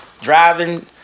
driving